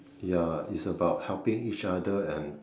ya is about helping each other and